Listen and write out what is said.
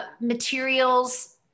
materials